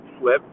flip